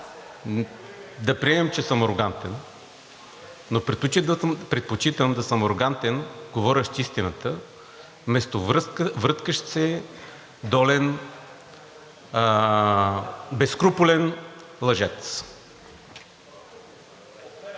да приемем, че съм арогантен, но предпочитам да съм арогантен, говорещ истината, вместо връткащ се, долен, безскрупулен лъжец!